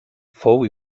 fou